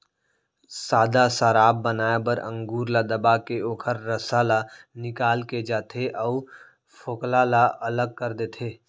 सादा सराब बनाए बर अंगुर ल दबाके ओखर रसा ल निकाल ले जाथे अउ फोकला ल अलग कर देथे